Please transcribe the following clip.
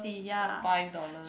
five dollar